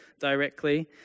directly